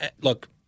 Look